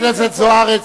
חברת הכנסת זוארץ,